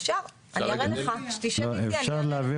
אפשר, כשתשב איתי אני אראה לך.